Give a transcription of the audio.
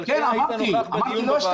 אבל כן היית נוכח בדיון בוועדה.